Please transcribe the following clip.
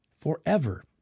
forever